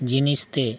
ᱡᱤᱱᱤᱥ ᱛᱮ